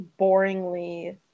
boringly